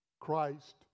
Christ